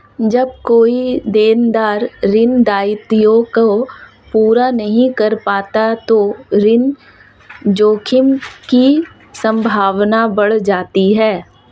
जब कोई देनदार ऋण दायित्वों को पूरा नहीं कर पाता तो ऋण जोखिम की संभावना बढ़ जाती है